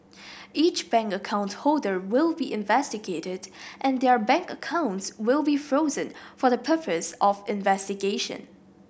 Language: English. each bank account holder will be investigated and their bank accounts will be frozen for the purpose of investigation